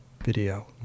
video